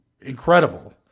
incredible